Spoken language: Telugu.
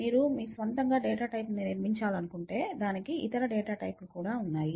మీరు మీ స్వంతంగా డేటా టైపు ని నిర్మించాలనుకుంటే దానికి ఇతర డేటా టైపు లు ఉన్నాయి